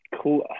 Cool